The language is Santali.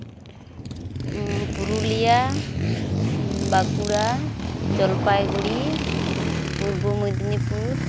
ᱯᱩᱨᱩᱞᱤᱭᱟ ᱵᱟᱸᱠᱩᱲᱟ ᱡᱚᱞᱯᱟᱭᱜᱩᱲᱤ ᱯᱩᱨᱵᱚ ᱢᱮᱫᱱᱤᱯᱩᱨ